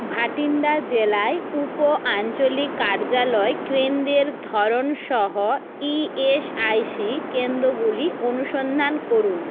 ভাটিণ্ডা জেলায় উপ আঞ্চলিক কার্যালয় কেন্দ্রের ধরন সহ ইএসআইসি কেন্দ্রগুলি অনুসন্ধান করুন